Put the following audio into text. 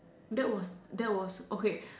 that was that was okay